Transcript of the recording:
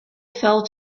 fell